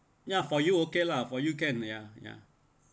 ya for you okay lah for you can ya ya